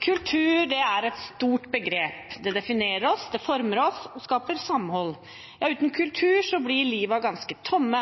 Kultur er et stort begrep. Det definerer oss, det former oss og skaper samhold. Ja, uten kultur blir livene våre ganske tomme.